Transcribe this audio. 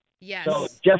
Yes